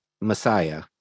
Messiah